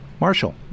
Marshall